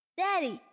Daddy